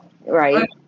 Right